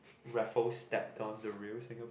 Raffles stepped on the real Singapore